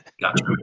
Gotcha